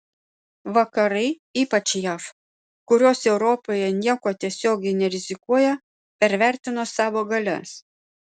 vakarai ypač jav kurios europoje niekuo tiesiogiai nerizikuoja pervertino savo galias